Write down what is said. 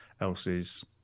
else's